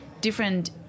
different